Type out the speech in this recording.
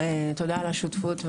על השותפות,